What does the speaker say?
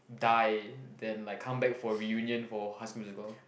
die then like comeback for reunion for high-school-musical